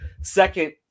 second